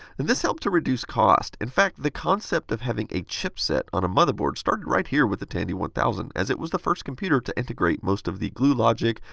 and this helped to reduce costs. in fact, the concept of having a chipset on a motherboard started right here with the tandy one thousand, as it was the first computer to integrate most of the glue logic,